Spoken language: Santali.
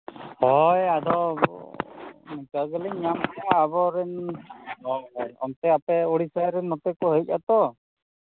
ᱦᱳᱭ ᱟᱫᱚ ᱚᱱᱠᱟ ᱜᱮᱞᱮᱧ ᱧᱟᱢ ᱠᱮᱫᱼᱟ ᱟᱵᱚ ᱨᱮᱱ ᱚᱱᱛᱮ ᱟᱯᱮ ᱳᱲᱤᱥᱟ ᱥᱮᱫ ᱨᱮᱱ ᱱᱚᱛᱮ ᱠᱚ ᱦᱮᱡ ᱟᱛᱚ